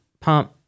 pump